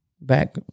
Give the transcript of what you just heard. back